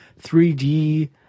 3D